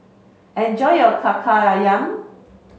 enjoy your Kaki Ayam